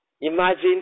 Imagine